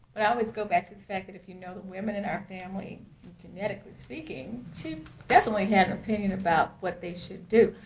but i always go back to the fact that, if you know the women in our family genetically speaking, she definitely had her opinion about what they should do.